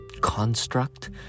construct